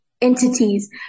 entities